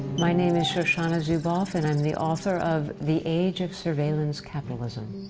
my name is shoshana zubov, and i'm the author of the age of surveillance capitalism